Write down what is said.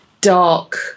dark